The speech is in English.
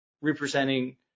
representing